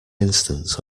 instance